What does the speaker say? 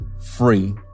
free